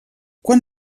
quan